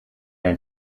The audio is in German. dein